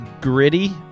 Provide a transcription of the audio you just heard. gritty